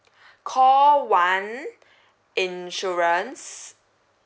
call one insurance